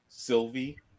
Sylvie